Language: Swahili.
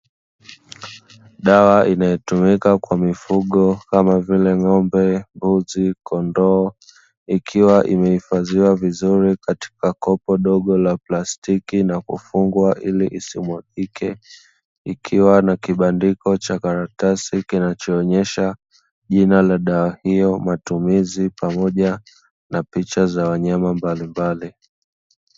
Dawa inayotumika kwa mifugo kama vile ng’ombe, mbuzi na kondoo ikiwa imehifadhiwa vizuri katika kopo dogo la plastiki na imefungwa iliisimwagike, ikiwa inakibandiko cha karatasi kinachoonesha jina la dawa hio matumizi pamoja na picha za wanyama mbalimbali.